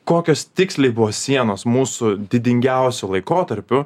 kokios tiksliai buvo sienos mūsų didingiausiu laikotarpiu